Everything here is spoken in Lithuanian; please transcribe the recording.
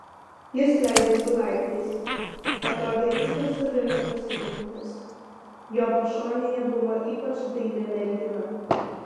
jis leidosi laiptais atrodė itin savimi pasitikintis jo pašonėje buvo ypač daili mergina